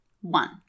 One